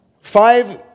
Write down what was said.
Five